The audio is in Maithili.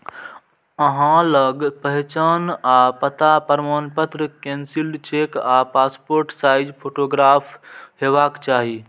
अहां लग पहचान आ पता प्रमाणपत्र, कैंसिल्ड चेक आ पासपोर्ट साइज फोटोग्राफ हेबाक चाही